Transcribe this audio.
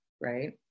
right